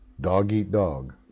dog-eat-dog